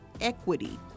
equity